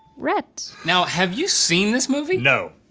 rhett. now have you seen this movie? no.